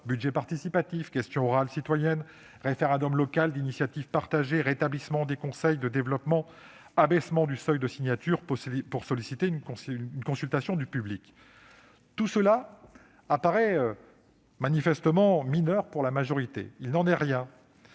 budget participatif, questions orales citoyennes, référendum local d'initiative partagée, rétablissement des conseils de développement, abaissement du seuil de signatures pour solliciter une consultation du public. Tout cela paraît mineur à la majorité, ... Oh !...